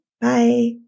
Bye